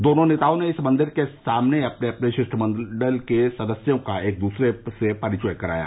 दोनों नेताओं ने इस मंदिर के सामने अपने अपने शिष्टमंडल के सदस्यों का एक दूसरे से परिचित कराया